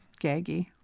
Gaggy